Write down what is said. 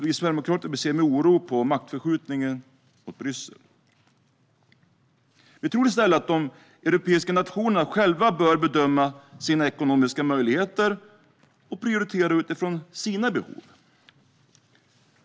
Vi sverigedemokrater ser med oro på maktförskjutningen mot Bryssel. Vi tror att de europeiska nationerna själva bör bedöma sina ekonomiska möjligheter och prioritera utifrån sina behov.